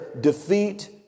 defeat